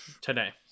Today